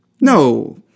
no